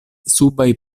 subaj